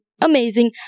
amazing